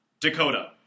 Dakota